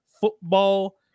football